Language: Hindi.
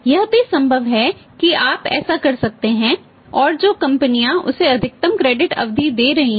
यह भी संभव है कि आप ऐसा कर सकते हैं और जो कंपनियां उसे अधिकतम क्रेडिट नहीं है